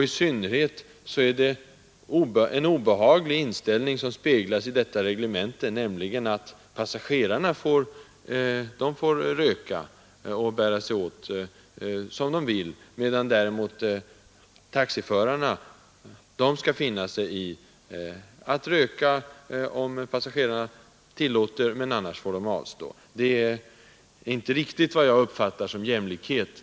I synnerhet är det en obehaglig inställning som speglas i detta reglemente, nämligen att passagerarna får röka och bära sig åt som de vill, medan däremot taxiförarna skall finna sig i att röka endast om passagerarna tillåter; annars får de avstå. De här reglerna stämmer inte med vad jag uppfattar som jämlikhet.